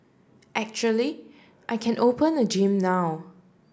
actually I can open a gym now